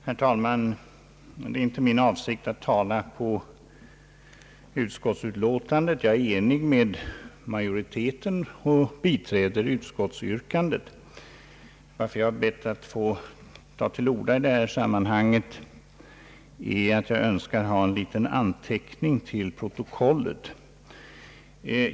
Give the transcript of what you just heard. Herr talman! Det är inte min avsikt att tala om utskottsutlåtandet — jag är enig med utskottets majoritet och biträder dess yrkande. Att jag har bett att få ta till orda i detta sammanhang beror på att jag önskar göra en liten anteckning till protokollet.